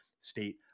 State